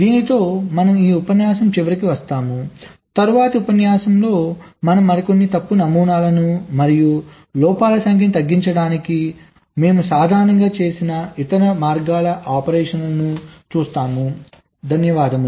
దీనితో మనం ఈ ఉపన్యాసం చివరికి వస్తాము తరువాతి ఉపన్యాసంలో మనం మరికొన్ని తప్పు నమూనాలను మరియు లోపాల సంఖ్యను తగ్గించడానికి మేము సాధారణంగా చేసే ఇతర మార్గాల ఆపరేషన్లు చూస్తాము